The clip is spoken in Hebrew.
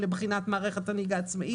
לבחינת מערכת נהיגה עצמאית.